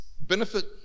Benefit